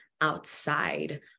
outside